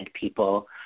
people